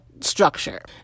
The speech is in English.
structure